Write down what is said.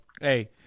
hey